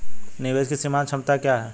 निवेश की सीमांत क्षमता क्या है?